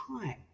time